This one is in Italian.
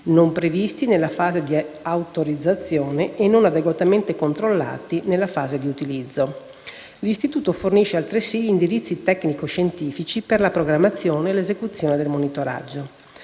non previsti nella fase di autorizzazione e non adeguatamente controllati nella fase di utilizzo. L'istituto fornisce, altresì, gli indirizzi tecnico-scientifici per la programmazione e l'esecuzione del monitoraggio.